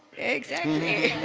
exactly.